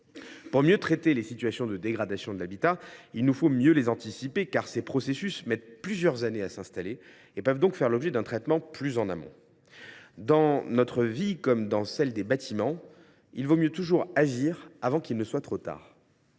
Pour mieux traiter les situations de dégradation de l’habitat, il nous faut mieux les anticiper. Ces processus mettant plusieurs années à s’installer, ils doivent être traités plus en amont. Dans notre vie comme dans celle des bâtiments, il vaut toujours mieux agir avant qu’il ne soit trop tard.